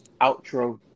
outro